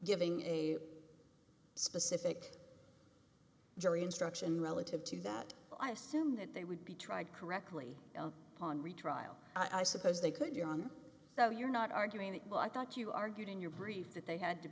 giving a specific jury instruction relative to that i assume that they would be tried correctly on retrial i suppose they could you on that you're not arguing that well i thought you argued in your brief that they